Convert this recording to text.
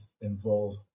involve